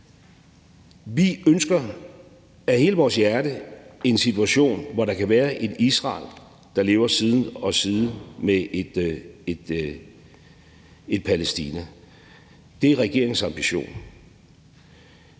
Vi ønsker af hele vores hjerte en situation, hvor der kan være et Israel, der lever side om side med et Palæstina. Det er regeringens ambition.